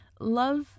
Love